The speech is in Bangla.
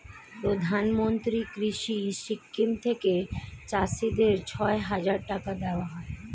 প্রধানমন্ত্রী কৃষি স্কিম থেকে চাষীদের ছয় হাজার টাকা দেওয়া হয়